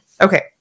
Okay